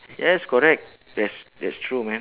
yes correct that's that's true man